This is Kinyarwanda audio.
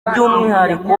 by’umwihariko